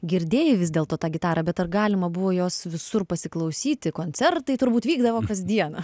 girdėjai vis dėlto tą gitarą bet ar galima buvo jos visur pasiklausyti koncertai turbūt vykdavo kasdieną